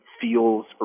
feels